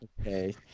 Okay